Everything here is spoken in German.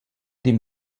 dem